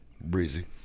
Breezy